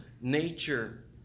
nature